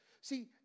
See